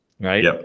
right